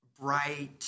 bright